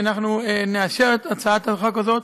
שאנחנו נאשר את הצעת החוק הזאת,